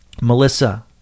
Melissa